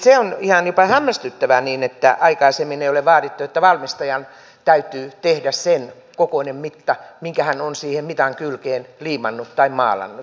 se on ihan jopa hämmästyttävää että aikaisemmin ei ole vaadittu että valmistajan täytyy tehdä sen kokoinen mitta minkä hän on siihen mitan kylkeen liimannut tai maalannut